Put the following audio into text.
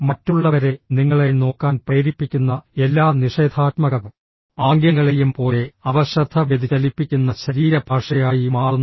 മറ്റുള്ളവരെ നിങ്ങളെ നോക്കാൻ പ്രേരിപ്പിക്കുന്ന എല്ലാ നിഷേധാത്മക ആംഗ്യങ്ങളെയും പോലെ അവ ശ്രദ്ധ വ്യതിചലിപ്പിക്കുന്ന ശരീരഭാഷയായി മാറുന്നു